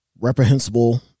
reprehensible